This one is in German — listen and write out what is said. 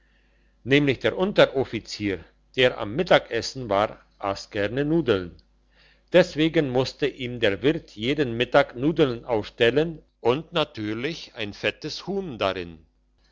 nämlich der unteroffizier der am mittagessen war ass gerne nudeln deswegen musste ihm der wirt jeden mittag nudeln aufstellen und natürlich ein fettes huhn darin